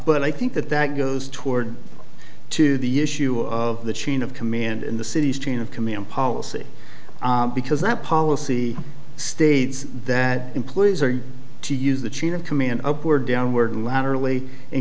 but i think that that goes toward to the issue of the chain of command in the city's chain of command policy because that policy states that employees are to use the chain of command upward down